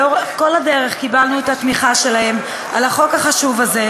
שלאורך כל הדרך קיבלנו את התמיכה שלהם בחוק החשוב הזה,